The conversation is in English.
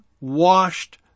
washed